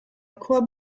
quoi